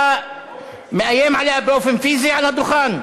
אתה מאיים עליה באופן פיזי על הדוכן.